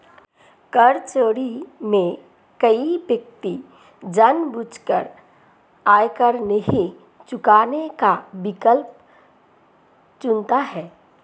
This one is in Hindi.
कर चोरी में कोई व्यक्ति जानबूझकर आयकर नहीं चुकाने का विकल्प चुनता है